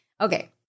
Okay